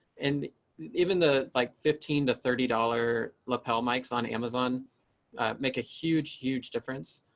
and even the like fifteen to thirty dollars lapel mikes on amazon make a huge, huge difference.